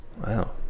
Wow